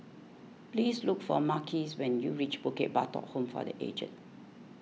please look for Marquis when you reach Bukit Batok Home for the Aged